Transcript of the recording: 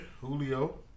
Julio